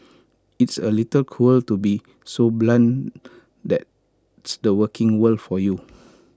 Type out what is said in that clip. it's A little cruel to be so blunt that's the working world for you